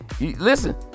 listen